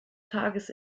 tages